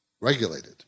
regulated